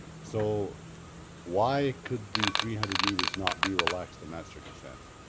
so why could the three hundred metres not be relaxed in that circumstance?